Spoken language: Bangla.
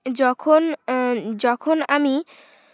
যখন যখন আমি